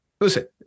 listen